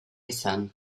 izan